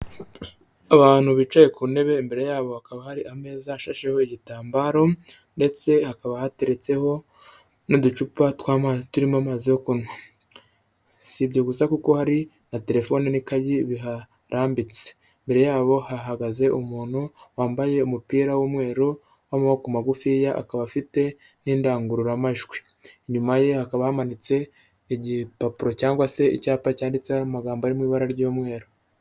Abantu bicaye ku ntebe imbere yabo bakaba hari ameza ashasheho igitambaro ,ndetse hakaba hateretseho n'uducupa tw'amazi turim'amazi yo kunywa, si ibyo gusa kuko hari na telefoni n'ikayi biharambitse .Imbere yabo hahagaze umuntu wambaye umupira w'umweru w'amaboko magufiya akaba afite n'indangururamajwi. Inyuma ye hakaba hamanitse igipapuro cyangwa se icyapa cyanditseho amagambo arimo ibara ry'umweru.